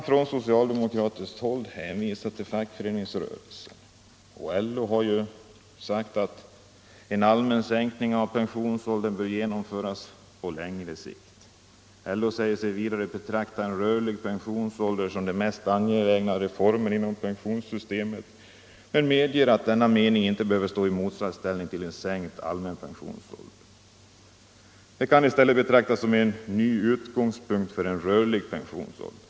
Från socialdemokratiskt håll har det hänvisats till fackföreningsrörelsen, och LO har ju sagt att en allmän sänkning av pensionsåldern bör genom Nr 134 föras på längre sikt. LO säger sig vilja betrakta en rörlig pensionsålder Onsdagen den som den mest angelägna reformen inom pensionssystemet men medger 4 december 1974 att denna mening inte behöver stå i motsatsställning till en sänkt allmän pensionsålder. Sänkning av pensionsåldern kan i stället betraktas som Sänkning av den en ny utgångspunkt för en rörlig pensionsålder.